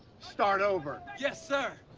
start over. yes, sir.